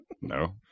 No